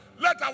let